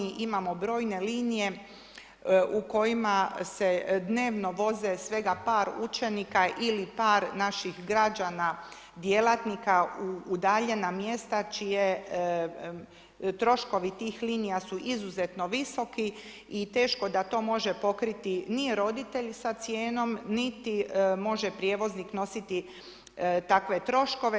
Imamo brojne linije u kojima se dnevno voze svega par učenika ili par naših građana, djelatnika u udaljena mjesta čiji troškovi tih linija su izuzetno visoki i teško da to može pokriti ni roditelji sa cijenom, niti može prijevoznik snositi takve troškove.